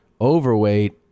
overweight